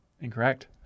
Incorrect